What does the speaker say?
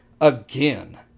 again